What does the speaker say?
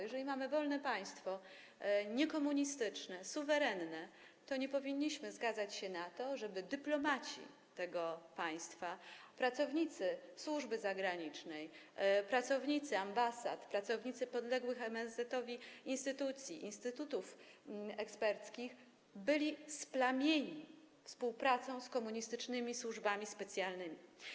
Jeżeli mamy wolne państwo, niekomunistyczne, suwerenne, to nie powinniśmy zgadzać się na to, żeby dyplomaci tego państwa, pracownicy służby zagranicznej, pracownicy ambasad, pracownicy podległych MSZ instytucji, instytutów eksperckich byli splamieni współpracą z komunistycznymi służbami specjalnymi.